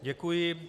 Děkuji.